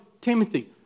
Timothy